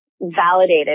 validated